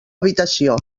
habitació